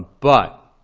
but